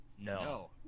No